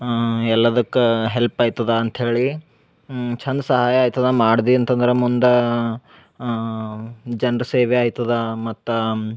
ಎಲ್ಲದಕ್ಕಾ help ಆಯ್ತದ ಅಂತೇಳಿ ಚಂದ್ ಸಹಾಯ ಆಯ್ತದ ಮಾಡ್ದಿ ಅಂತಂದ್ರ ಮುಂದ ಜನ್ರ ಸೇವೆ ಆಯ್ತದ ಮತ್ತ